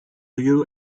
you